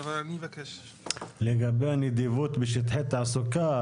לגבי הנדיבות בשטחי תעסוקה,